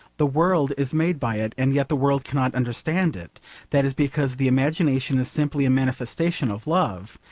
the world is made by it, and yet the world cannot understand it that is because the imagination is simply a manifestation of love,